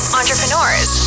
entrepreneurs